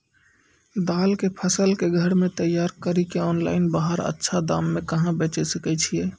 दाल के फसल के घर मे तैयार कड़ी के ऑनलाइन बाहर अच्छा दाम मे कहाँ बेचे सकय छियै?